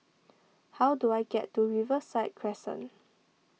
how do I get to Riverside Crescent